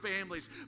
families